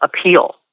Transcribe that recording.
appeal